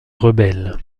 rebelles